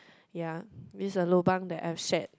yea this's a lobang that I've shed